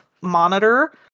monitor